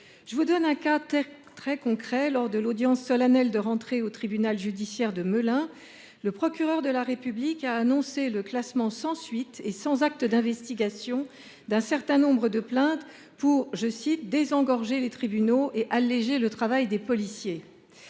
Je vous donne un cas très concret : lors de l’audience solennelle de rentrée du tribunal judiciaire de Melun, le procureur de la République a annoncé le classement sans suite et sans acte d’investigation d’un certain nombre de plaintes, et ce pour « désengorger » les tribunaux et « alléger le travail des policiers ».